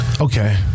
Okay